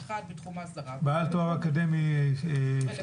אחד בתחום האסדרה --- בעל תואר אקדמי שלישי.